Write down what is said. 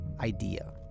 idea